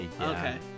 okay